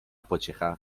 pociecha